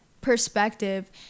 perspective